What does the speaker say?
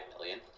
million